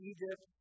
Egypt